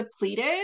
depleted